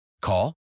Call